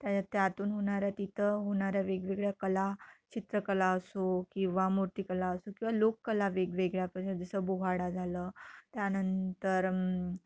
त्या त्यातून होणाऱ्या तिथं होणाऱ्या वेगवेगळ्या कला चित्रकला असो किंवा मूर्ती कला असो किंवा लोककला वेगवेगळ्या जसं बोहाडा झालं त्यानंतर